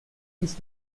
nic